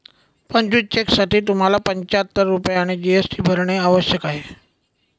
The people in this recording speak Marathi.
पंचवीस चेकसाठी तुम्हाला पंचाहत्तर रुपये आणि जी.एस.टी भरणे आवश्यक आहे